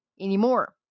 anymore